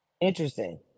Interesting